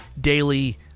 daily